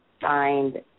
signed